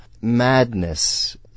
madness